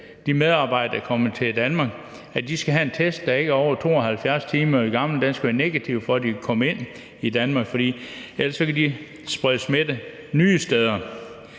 de medarbejdere, der kommer til Danmark, at de altså skal have en test, der ikke er over 72 timer gammel, og at den skal være negativ, for at de kan komme ind i Danmark, for ellers kan de sprede smitte nye steder.